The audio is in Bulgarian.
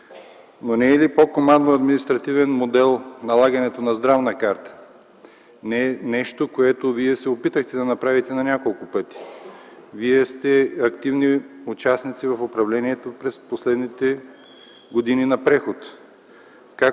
Но не е ли по командно-административен модел налагането на Здравната карта – нещо, което вие се опитахте да направите на няколко пъти?! Вие сте активни участници в управлението през последните години на прехода.